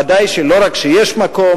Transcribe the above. אני אומר: ודאי שלא רק שיש מקום,